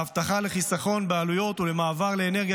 ההבטחה לחיסכון בעלויות ולמעבר לאנרגיה